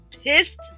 pissed